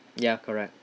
ya correct